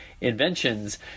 inventions